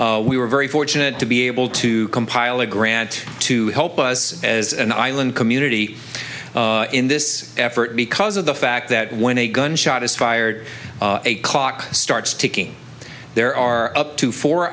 we were very fortunate to be able to compile a grant to help us as an island community in this effort because of the fact that when a gun shot is fired a clock starts ticking there are up to four